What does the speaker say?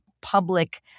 public